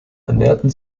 ernähren